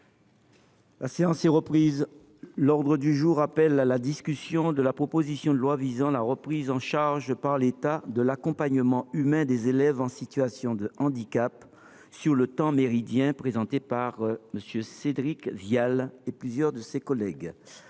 la demande du groupe Les Républicains, la discussion de la proposition de loi visant la prise en charge par l’État de l’accompagnement humain des élèves en situation de handicap sur le temps méridien, présentée par M. Cédric Vial et plusieurs de ses collègues